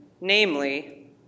namely